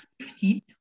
safety